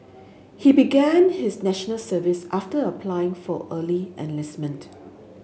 he began his National Service after applying for early enlistment